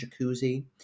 jacuzzi